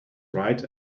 right